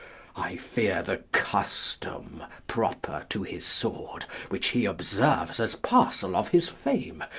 i fear the custom proper to his sword, which he observes as parcel of his fame,